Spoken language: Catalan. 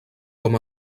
com